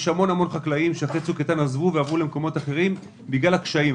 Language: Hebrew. יש המון חקלאים שאחרי צוק איתן עזבו ועברו למקומות אחרים בגלל הקשיים.